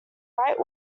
right